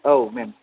औ मेम